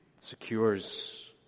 secures